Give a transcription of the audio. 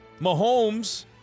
Mahomes